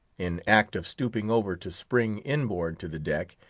in act of stooping over to spring inboard to the deck,